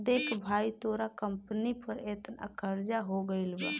देख भाई तोरा कंपनी पर एतना कर्जा हो गइल बा